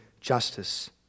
justice